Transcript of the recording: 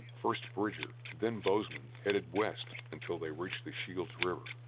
first bridger, then bozeman headed west until they reached the shield river,